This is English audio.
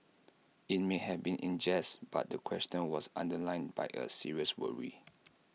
IT may have been in jest but the question was underlined by A serious worry